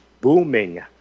booming